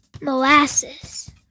Molasses